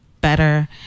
better